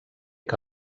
que